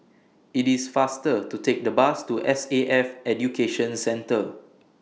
IT IS faster to Take The Bus to S A F Education Centre